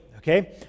Okay